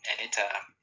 Anytime